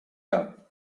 air